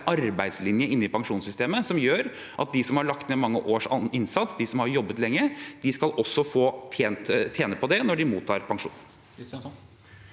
arbeidslinje i pensjonssystemet som gjør at de som har lagt ned mange års innsats, de som har jobbet lenge, også skal tjene på det når de mottar pensjon.